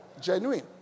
Genuine